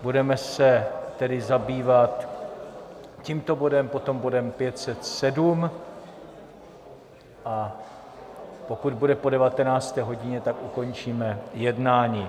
Budeme se tedy zabývat tímto bodem, potom bodem 507, a pokud bude po 19. hodině, tak ukončíme jednání.